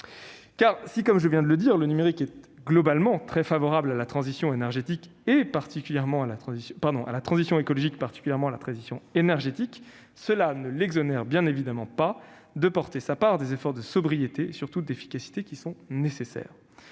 soir. Si, comme je viens de le dire, le numérique est globalement très favorable à la transition écologique, et particulièrement à la transition énergétique, cela ne l'exonère bien évidemment pas de porter sa part des efforts de sobriété et surtout d'efficacité qui sont nécessaires.